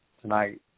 tonight